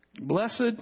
Blessed